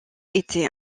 était